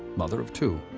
mother of two,